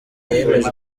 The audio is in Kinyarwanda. yemejwe